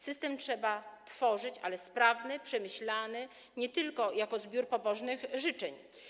System trzeba tworzyć, ale sprawny i przemyślany, nie tylko jako zbiór pobożnych życzeń.